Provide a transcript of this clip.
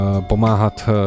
pomáhat